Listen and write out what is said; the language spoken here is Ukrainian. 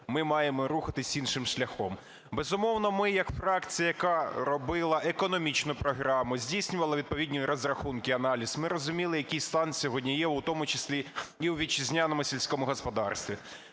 ми маємо рухатися іншим шляхом. Безумовно, ми як фракція, яка робила економічну програму, здійснювала відповідні розрахунки, аналіз, ми розуміли, який стан сьогодні є, в тому числі і у вітчизняному сільському господарстві.